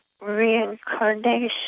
reincarnation